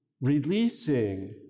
releasing